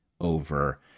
over